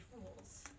fools